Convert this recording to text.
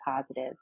positives